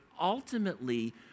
ultimately